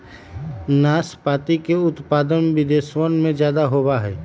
नाशपाती के उत्पादन विदेशवन में ज्यादा होवा हई